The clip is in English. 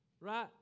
Right